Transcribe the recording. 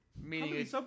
Meaning